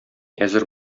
әзер